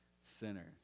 sinners